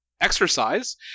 exercise